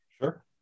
Sure